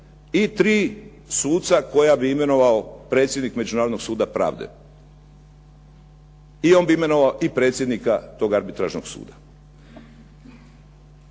i tri suca koja bi imenovao predsjednik Međunarodnog suda pravde. I on bi imenovao i predsjednika tog arbitražnog suda.